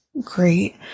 great